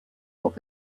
what